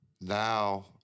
Now